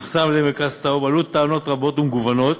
שפורסם על-ידי מרכז טאוב עלו טענות רבות ומגוונות